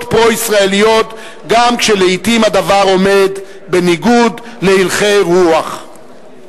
פרו-ישראליות גם כשלעתים הדבר עומד בניגוד להלכי רוח.